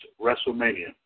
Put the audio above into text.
WrestleMania